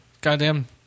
Goddamn